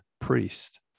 priest